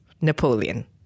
Napoleon